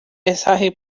mensaje